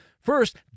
First